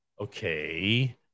Okay